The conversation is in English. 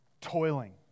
Toiling